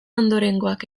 ondorengoak